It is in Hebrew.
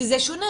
שזה שונה,